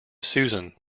susan